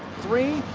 three.